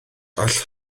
all